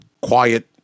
quiet